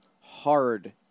hard